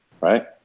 right